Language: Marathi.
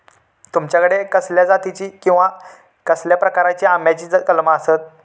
तुमच्याकडे कसल्या जातीची किवा कसल्या प्रकाराची आम्याची कलमा आसत?